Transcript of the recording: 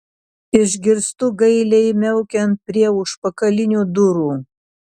išgirstu gailiai miaukiant prie užpakalinių durų